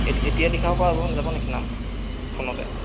এতিয়াই লিখাব পৰা হ'ব যাব নেকি নামটো ফোনতে